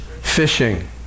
Fishing